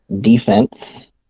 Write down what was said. defense